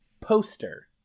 Poster